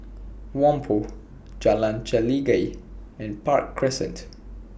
Whampoa Jalan Chelagi and Park Crescent